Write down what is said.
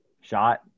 shot